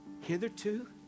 Hitherto